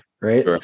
right